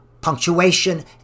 punctuation